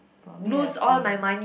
for me I feel